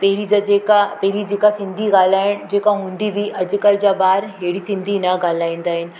पहिरीं जा जेका पहिरीं जेका सिंधी ॻाल्हाइण जेका हूंदी हुई अॼुकल्ह जा ॿार अहिड़ी सिंधी न ॻाल्हाईंदा आहिनि